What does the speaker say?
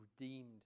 redeemed